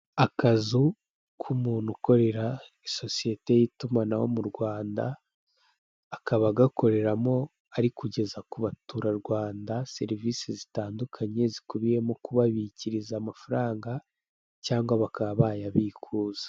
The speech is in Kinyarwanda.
Akazu k'umuntu ukorera isosiyete y'itumanaho mu Rwanda, akaba agakoreramo ari kugeza ku baturarwanda serivisi zitandukanye zikubiyemo kubabikiriza amafaranga cyangwa bakaba bayabikuza.